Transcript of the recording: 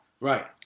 right